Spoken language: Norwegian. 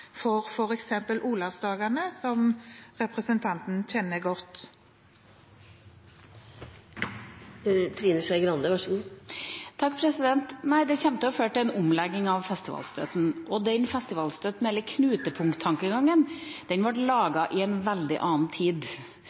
for f.eks. Olavsfestdagene, som representanten kjenner godt? Det kommer til å føre til en omlegging av festivalstøtten, og knutepunkttankegangen ble laget i en veldig annen tid. Den ble laget i en tid med ekstremt mange færre festivaler, da festivaler hadde en veldig annen